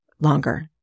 longer